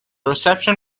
reception